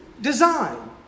design